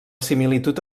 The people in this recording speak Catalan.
similitud